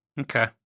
Okay